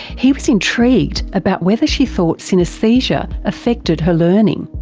he was intrigued about whether she thought synaesthesia affected her learning.